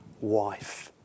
wife